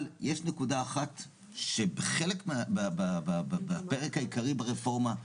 אבל יש נקודה אחת שחלק בפרק העיקרי ברפורמה,